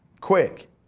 Quick